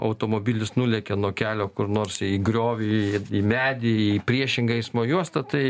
automobilis nulekia nuo kelio kur nors į griovį į medį į priešingą eismo juostą tai